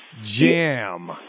jam